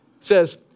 says